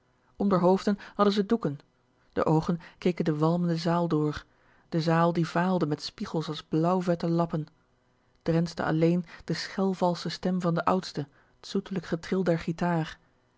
d'r hoofden hadden ze doeken d'r oogen keken de walmende zaal door de zaal die vaalde met spiegels als blauw vette lappen drensde alleen de schel valsche stem van de udste t zoetlijk getril der gitaar